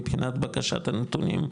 מבחינת בקשת הנתונים,